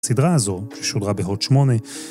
סדרה הזו ששודרה בהוט שמונה